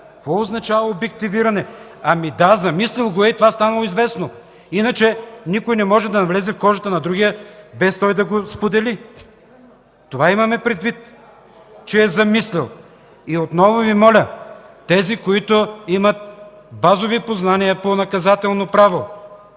Какво означава обективиране? Да, замислил го е и това е станало известно. Иначе, никой не може да навлезе в кожата на другия, без той да го сподели. Това имаме предвид, че е замислил. Отново Ви моля, тези, които имат базови познания по наказателно право,